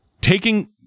taking